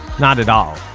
not at all.